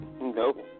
Nope